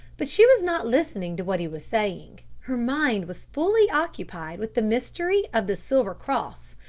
but she was not listening to what he was saying her mind was fully occupied with the mystery of the silver cross.